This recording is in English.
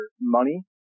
money